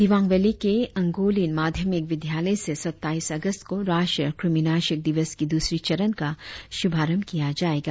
Dibang valley के अंगोलिन माध्यमिक विद्यालय से सत्ताईस अगस्त को राष्ट्रीय कृमिनाशक दिवस की दूसरी चरण का शुभारंभ किया जायेगा